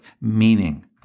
meaning